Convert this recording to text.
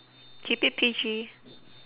keep it P_G